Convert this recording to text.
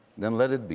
then let it be.